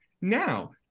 Now